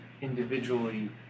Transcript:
individually